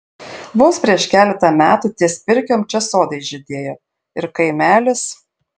vos prieš keletą metų ties pirkiom čia sodai žydėjo ir kaimelis